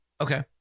okay